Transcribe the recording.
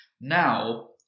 Now